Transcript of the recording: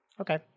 Okay